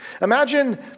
Imagine